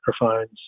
microphones